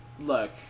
Look